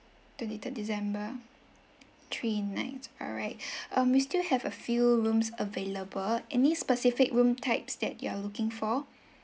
twenty third december three nights alright um we still have a few rooms available any specific room types that you are looking for